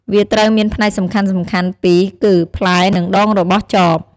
វាត្រូវមានផ្នែកសំខាន់ៗពីរគឺ ផ្លែនិងដងរបស់ចប។